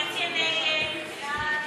קבוצת סיעת הרשימה המשותפת, קבוצת סיעת